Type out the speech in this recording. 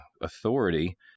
authority